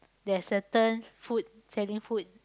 there's certain food selling food